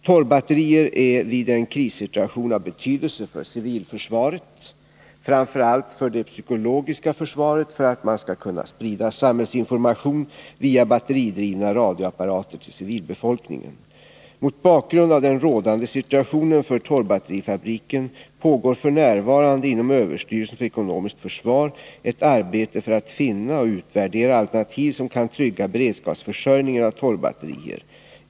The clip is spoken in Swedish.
Torrbatterier är vid en krigssituation av betydelse för civilförsvaret, men framför allt för det psykologiska försvaret för att man skall kunna sprida samhällsinformation via batteridrivna radioapparater till civilbefolkningen. Mot bakgrund av den rådande situationen för Torrbatterifabriken pågår f. n. inom överstyrelsen för ekonomiskt försvar ett arbete för att finna och utvärdera alternativ som kan trygga beredskapsförsörjningen av torrbatterier.